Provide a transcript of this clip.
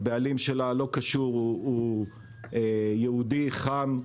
הבעלים שלה הוא יהודי חם,